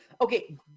Okay